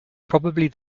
probably